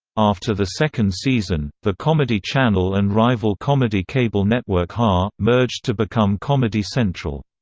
after the second season, the comedy channel and rival comedy cable network ha! merged to become comedy central.